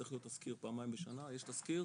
צריך להיות תסקיר פעמיים בשנה, יש תסקיר?